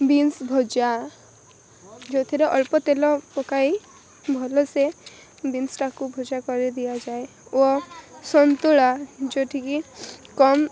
beans ଭଜା ଯେଉଁଥିରେ ଅଳ୍ପ ତେଲ ପକାଇ ଭଲସେ ବିମ୍ସଟାକୁ ଭଜା କରି ଦିଆଯାଏ ଓ ସନ୍ତୁଳା ଯେଉଁଠିକି କମ୍